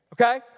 okay